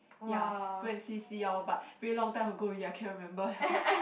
ya go and see see all but very long time ago ya cannot remember [liao]